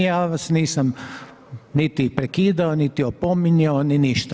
Ja vas nisam niti prekidao, niti opominjao, niti ništa.